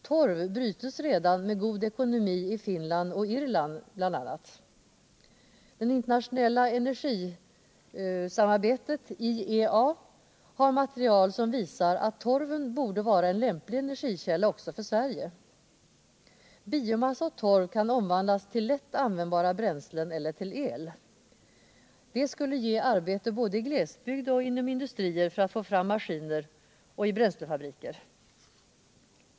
Torv bearbetas redan på ett lönsamt sätt i bl.a. Finland och Irland. Det internationella energisamarbetsorganet IEA har material som visar att torven torde vara en lämplig energikälla också i Sverige. Biomassa och torv kan omvandlas till lätt användbara bränslen eller till el. Det skulle ge arbete i glesbygd, inom industrier för att få fram maskiner samt i bränslefabriker.